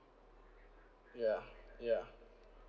ya ya